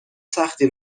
سختی